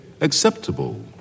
acceptable